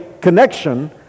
connection